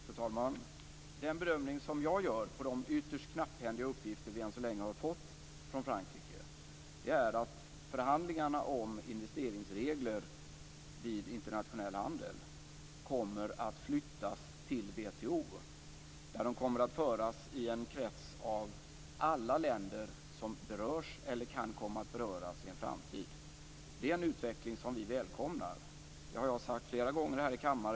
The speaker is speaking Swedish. Fru talman! Den bedömning som jag gör på de ytterst knapphändiga uppgifter vi än så länge har fått från Frankrike är att förhandlingarna om investeringsregler vid internationell handel kommer att flyttas till WTO, där de kommer att föras i en krets av alla de länder som berörs eller kan komma att beröras i en framtid. Det är en utveckling som vi välkomnar. Det har jag sagt flera gånger här i kammaren.